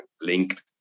linked